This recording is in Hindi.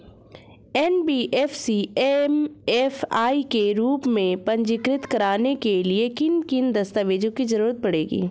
एन.बी.एफ.सी एम.एफ.आई के रूप में पंजीकृत कराने के लिए किन किन दस्तावेजों की जरूरत पड़ेगी?